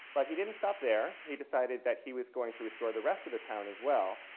but he didn't stop there. he decided that he was going to restore the rest of the town as well.